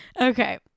Okay